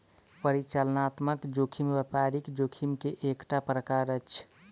परिचालनात्मक जोखिम व्यापारिक जोखिम के एकटा प्रकार अछि